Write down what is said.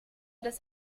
das